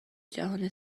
جهان